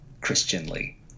Christianly